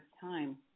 time